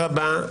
לימון.